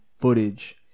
footage